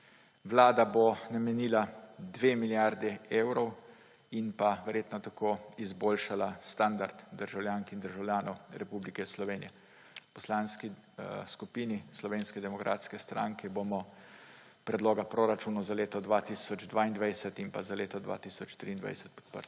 Vlada bo namenila 2 milijardi evrov in verjetno tako izboljšala standard državljank in državljanov Republike Slovenije. V Poslanski skupini Slovenske demokratske stranke bomo predloga proračunov za leto 2022 in za leto 2023 podprli.